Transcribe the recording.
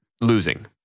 losing